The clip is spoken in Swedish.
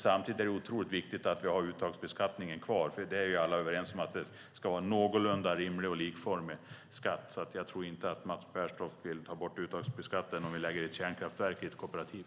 Samtidigt är det otroligt viktigt att vi har uttagsbeskattningen kvar. Alla är ju överens om att det ska vara en någorlunda rimlig och likformig skatt. Jag tror inte att Mats Pertoft vill ta bort uttagsbeskattningen om vi lägger ett kärnkraftverk i ett kooperativ.